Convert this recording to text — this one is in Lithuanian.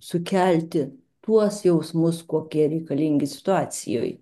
sukelti tuos jausmus kokie reikalingi situacijoj